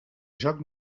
joc